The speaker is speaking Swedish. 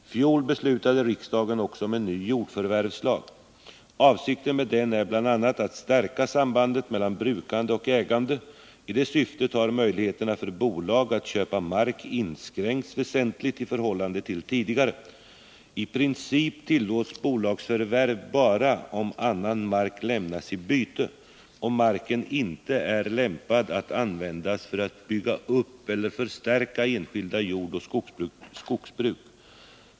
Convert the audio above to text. I fjol beslutade riksdagen också om en ny jordförvärvslag. Avsikten med den är bl.a. att stärka sambandet mellan brukande och ägande. I det syftet har möjligheterna för bolag att köpa mark inskränkts väsentligt i förhållande till tidigare. I princip tillåts bolagsförvärv bara om annan mark lämnas i byte och marken inte är lämpad att användas för att bygga upp eller förstärka enskilda jordoch skogsbruk.